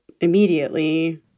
immediately